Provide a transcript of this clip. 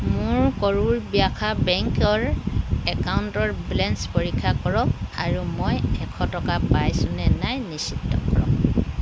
মোৰ কৰুৰ ব্যাসা বেংকৰ একাউণ্টৰ বেলেঞ্চ পৰীক্ষা কৰক আৰু মই এশ টকা পাইছোনে নাই নিশ্চিত কৰক